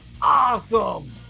awesome